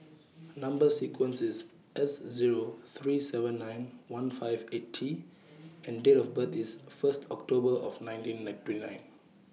Number sequence IS S Zero three seven nine one five eight T and Date of birth IS First October of nineteen twenty nine